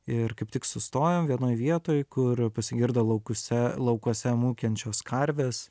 ir kaip tik sustojom vienoj vietoj kur pasigirdo laukuse laukuose mūkiančios karvės